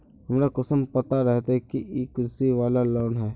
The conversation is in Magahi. हमरा कुंसम पता रहते की इ कृषि वाला लोन है?